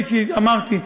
כפי שאמרתי,